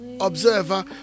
Observer